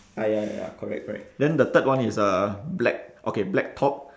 ah ya ya ya ya correct correct then the third one is a black okay black top